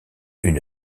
une